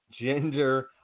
gender